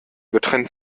getrennt